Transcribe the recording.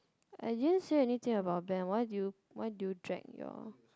I didn't say anything about Ben why did you why do you drag your